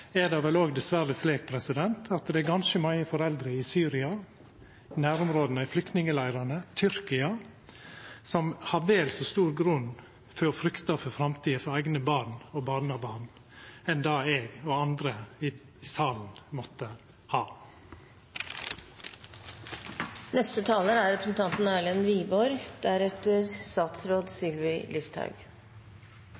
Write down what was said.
er det vel òg dessverre slik at det er ganske mange foreldre i Syria og nærområda og i flyktningleirane i Tyrkia som har vel så god grunn til å frykta for framtida for eigne barn og barnebarn som det eg og andre i denne salen måtte